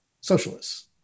socialists